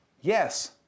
yes